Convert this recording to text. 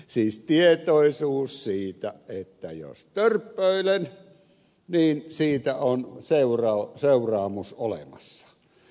on tietoisuus siitä että jos törppöilen niin siitä on seuraamus olemassa